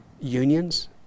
unions